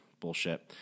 Bullshit